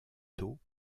taupe